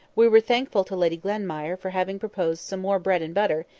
we were thankful to lady glenmire for having proposed some more bread and butter,